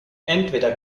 entweder